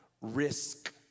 Risk